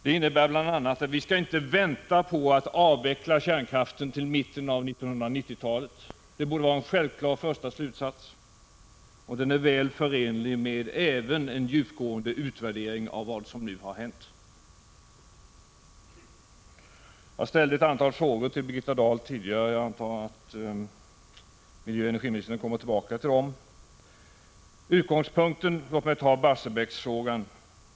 Det innebär bl.a. att vi inte skall vänta med att avveckla kärnkraften till mitten av 1990-talet — det borde vara en självklar första slutsats, och den är väl förenlig även med en djupgående utvärdering av vad som nu har hänt. Jag ställde tidigare ett antal frågor till Birgitta Dahl; jag antår att miljöoch energiministern kommer tillbaka till dem. Låt mig som utgångspunkt ta Barsebäcksfrågan.